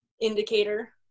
indicator